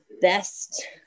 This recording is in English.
best